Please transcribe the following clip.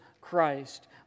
Christ